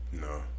No